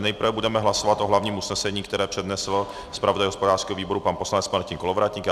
Nejprve budeme hlasovat o hlavním usnesení, které přednesl zpravodaj hospodářského výboru pan poslanec Martin Kolovratník.